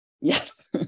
Yes